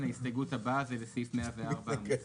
ההסתייגות הבאה היא לסעיף 104 המוצע,